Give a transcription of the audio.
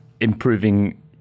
improving